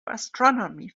astronomy